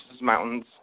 Mountains